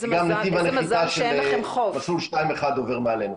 גם נתיב הנחיתה של מסלול 21 עובר מעלינו,